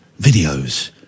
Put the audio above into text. videos